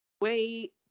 wait